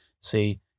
see